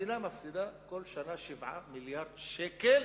המדינה מפסידה כל שנה 7 מיליארדי שקל